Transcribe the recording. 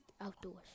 outdoors